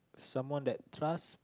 someone that trust